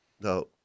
No